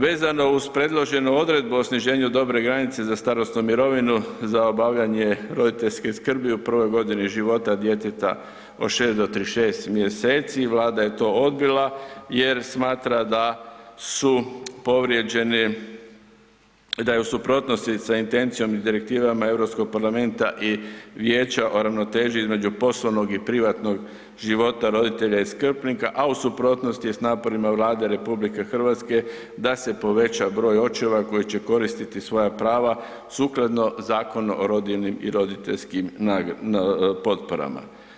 Vezano uz predloženu odredbu o sniženju dobre granice za starosnu mirovinu za obavljanje roditeljske skrbi u prvoj godini života djeteta od 6 do 36 mj., Vlada je to odbila jer smatra da su povrijeđene, da je u suprotnosti sa intencijom i direktivama Europskog parlamenta i Vijeća o ravnoteži između poslovnog i privatnog života roditelja i skrbnika a u suprotnosti je s naporima Vlade RH da se poveća broj očeva koji će koristiti svoja prava sukladno Zakonu o rodiljnim i roditeljskim potporama.